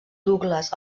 douglas